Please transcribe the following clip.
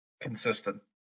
Consistent